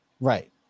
Right